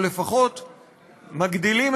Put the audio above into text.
או לפחות מגדילים,